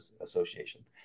Association